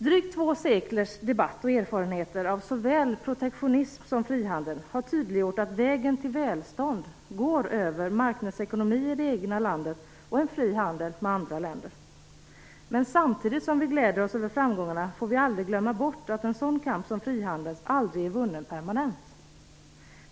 Drygt två seklers debatt av erfarenheter av såväl protektionism som frihandel har tydliggjort att vägen till välstånd går över marknadsekonomi i det egna landet och fri handel med andra länder. Samtidigt som vi gläder oss över framgångarna, får vi dock aldrig glömma bort att en sådan kamp som den om frihandeln aldrig är vunnen permanent.